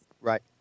Right